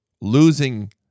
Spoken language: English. losing